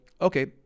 okay